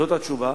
זאת התשובה.